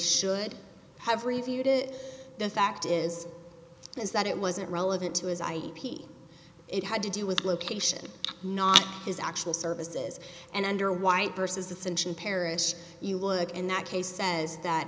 should have reviewed it the fact is is that it wasn't relevant to his i e it had to do with location not his actual services and under white vs ascension parish you look in that case says that